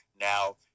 Now